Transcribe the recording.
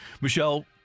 Michelle